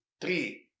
three